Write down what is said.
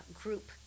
group